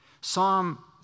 Psalm